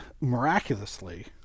miraculously